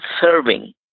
serving